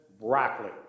broccoli